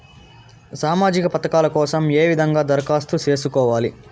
సామాజిక పథకాల కోసం ఏ విధంగా దరఖాస్తు సేసుకోవాలి